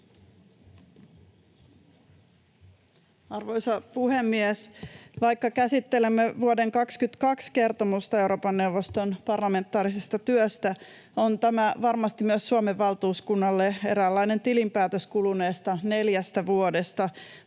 Arvoisa puhemies! Vaikka käsittelemme vuoden 22 kertomusta Euroopan neuvoston parlamentaarisesta työstä, on tämä varmasti myös Suomen valtuuskunnalle eräänlainen tilinpäätös kuluneista neljästä vuodesta